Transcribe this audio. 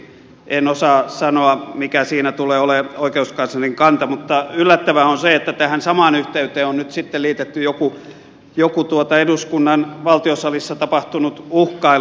en osaa sanoa mikä siinä tulee olemaan oikeuskanslerin kanta mutta yllättävää on se että tähän samaan yhteyteen on nyt sitten liitetty joku eduskunnan valtiosalissa tapahtunut uhkailu